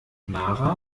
mara